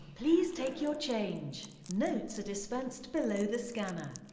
please take your change. notes are dispensed below the scanner.